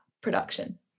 production